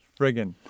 friggin